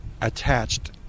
attached